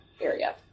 area